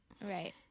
Right